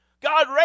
God